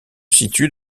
situe